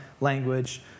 language